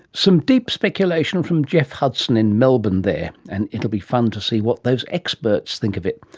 some deep speculation from geoff hudson in melbourne there, and it'll be fun to see what those experts think of it.